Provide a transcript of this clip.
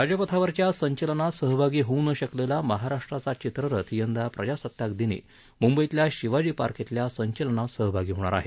राजपथावरच्या संचलनात सहभागी होऊ न शकलेला महाराष्ट्राचा चित्ररथ यंदा प्रजासत्ताक दिनी मुंबईतल्या शिवाजी पार्क बेल्या संचलनात सहभागी होणार आहे